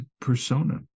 persona